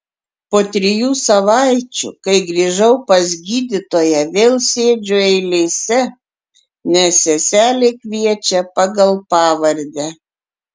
po trijų savaičių kai grįžau pas gydytoją vėl sėdžiu eilėse nes seselė kviečia pagal pavardę